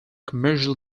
commercial